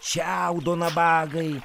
šiaudo nabagai